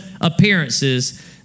appearances